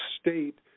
state